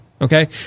okay